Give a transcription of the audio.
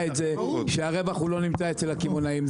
את זה שהרווח לא נמצא אצל הקמעונאים,